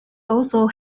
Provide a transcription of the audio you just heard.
also